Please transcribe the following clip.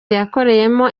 yakoreyemo